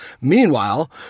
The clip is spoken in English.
Meanwhile